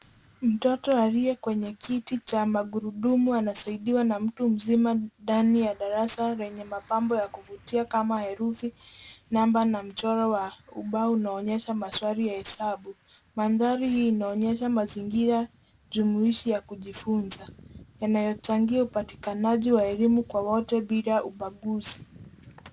Mtoto aliye kwenye kiti cha magurudumu anasaidiwa na mtu mzima ndani ya darasa lenye mapambo ya kuvutia kama herufi, namba na mchoro wa ubao unaonyesha maswali ya hesabu. Mandhari hii inaonyesha mazingira jumuishi ya kujifunza yanayochangia upatikanaji wa elimu kwa wote bila ubaguzi.